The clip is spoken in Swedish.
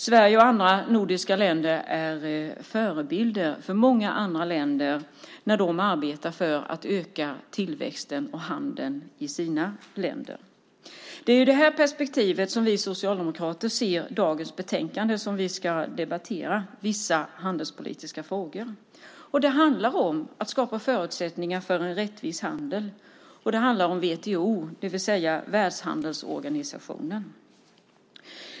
Sverige och andra nordiska länder är förebilder för många andra länder när de arbetar för att öka tillväxten och handeln i sina länder. Det är ur det perspektivet som vi socialdemokrater ser det betänkande som vi ska debattera i dag - Vissa handelspolitiska frågor . Det handlar om att skapa förutsättningar för en rättvis handel, och det handlar om WTO, det vill säga Världshandelsorganisationen.